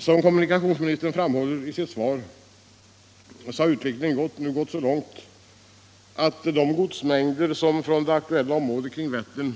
Som kommunikationsministern framhåller i sitt svar har utvecklingen nu gått så långt att de godsmängder som från det aktuella området kring Vättern